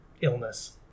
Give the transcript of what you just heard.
illness